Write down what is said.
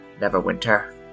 Neverwinter